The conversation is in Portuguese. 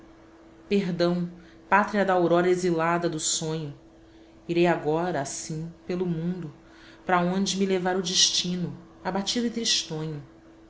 perdão pátria da aurora exilada do sonho irei agora assim pelo mundo para onde me levar o destino abatido e tristonho